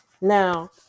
Now